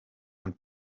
and